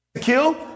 kill